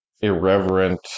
irreverent